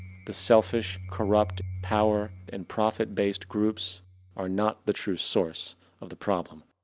the selfish, corrupt power and profit based groups are not the true source of the problem.